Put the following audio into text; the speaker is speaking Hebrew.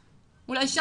אולי?